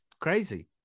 crazy